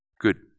Good